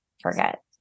forget